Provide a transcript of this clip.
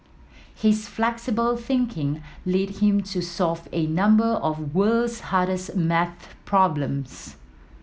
his flexible thinking lead him to solve a number of world's hardest maths problems